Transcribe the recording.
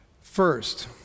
First